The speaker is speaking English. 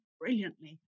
brilliantly